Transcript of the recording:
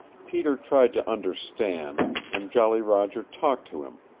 peter tried to understand, and jolly roger talked to him,